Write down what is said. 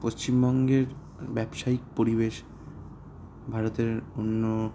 পশ্চিমবঙ্গের ব্যবসায়িক পরিবেশ ভারতের অন্য